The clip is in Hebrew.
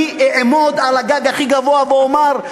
אני אעמוד על הגג הכי גבוה ואומר,